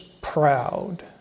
proud